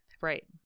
Right